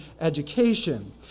education